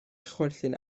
chwerthin